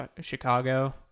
Chicago